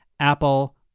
Apple